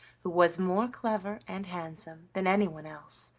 who was more clever and handsome than anyone else.